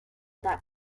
that